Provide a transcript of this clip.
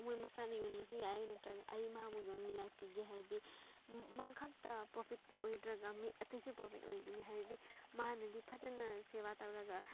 ꯃꯣꯏ ꯃꯁꯥꯅ ꯌꯣꯟꯕꯁꯨ ꯌꯥꯏ ꯅꯠꯇ꯭ꯔꯒ ꯑꯩ ꯃꯥꯕꯨ ꯌꯣꯟꯅꯤꯡꯉꯥꯏ ꯄꯤꯒꯦ ꯍꯥꯏꯔꯗꯤ ꯃꯥ ꯈꯛꯇ ꯄ꯭ꯔꯣꯐꯤꯠ ꯑꯣꯏꯗ꯭ꯔꯒ ꯃꯤ ꯑꯇꯩꯁꯨ ꯄ꯭ꯔꯣꯐꯤꯠ ꯑꯣꯏꯒꯅꯤ ꯍꯥꯏꯔꯗꯤ ꯃꯥꯅꯗꯤ ꯐꯖꯅ ꯁꯦꯕꯥ ꯇꯧꯔꯒ